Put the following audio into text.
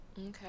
Okay